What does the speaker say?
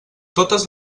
totes